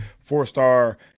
four-star